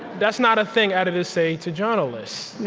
that's not a thing editors say to journalists,